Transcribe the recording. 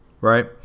Right